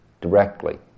directly